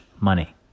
money